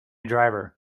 driver